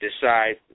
decide